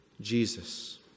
Jesus